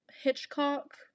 Hitchcock